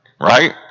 Right